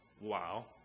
Wow